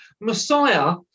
Messiah